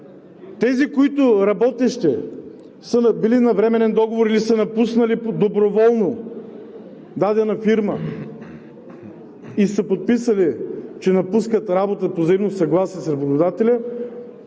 240 лв.? Работещите на временен договор, ако са напуснали доброволно дадена фирма и са подписали, че напускат работа по взаимно съгласие с работодателя,